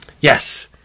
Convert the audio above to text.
Yes